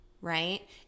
right